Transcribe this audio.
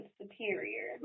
superior